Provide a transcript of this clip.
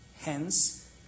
hence